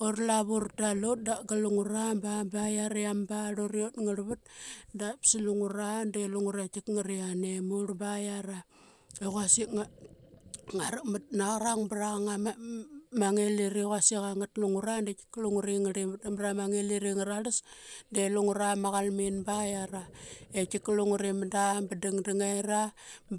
Urlavu ratal ut da gal lungra ba baiyara ama barlut i ut ngarlvat dap slungra de lungre qaitkika yane murl ba yara. I quasik ngarakmat naqarang praqang ama ngilit i quasik a ngat lungra da qaitkika lungre ngarli ivat ngana ma ngilit i ngaralas de lungra ma qalmin ba yara i qatkika lungre mada ba dang dang era